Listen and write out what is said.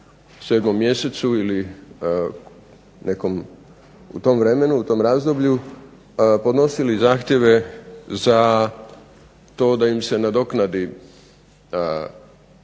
mjesecu ili nekom, u tom vremenu, u tom razdoblju podnosili zahtjeve za to da im se nadoknadi šteta